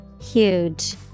Huge